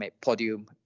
podium